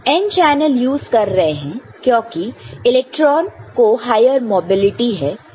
n channel use कर रहे हैं क्योंकि इलेक्ट्रॉन को हायर मोबिलिटी है